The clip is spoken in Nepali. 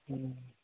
अँ